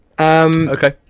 Okay